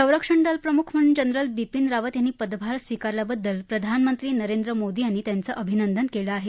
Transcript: संरक्षण दलप्रमुख म्हणून जनरल बिपीन रावत यांनी पदभार स्वीकारल्याबद्दल प्रधानमंत्री नरेंद्र मोदी यांनी त्यांचं अभिनंदन केलं आहे